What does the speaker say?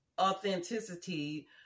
authenticity